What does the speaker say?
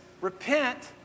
Repent